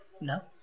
no